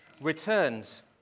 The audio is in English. returns